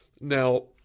Now